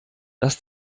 dass